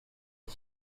you